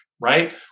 right